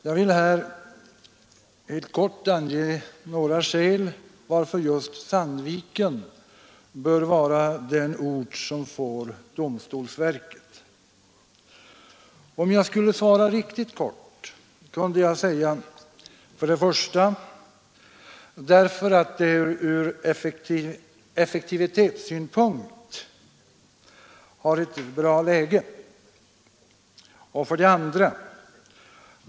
Jag vill här helt kort ange några skäl varför just Sandviken bör vara den ort som får domstolsverket. Om jag skulle vara riktigt kortfattad kunde jag ange dessa två skäl: 1. Därför att Sandviken ur effektivitetssynpunkt har ett bra läge. 2.